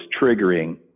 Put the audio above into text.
triggering